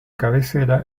cabecera